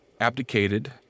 abdicated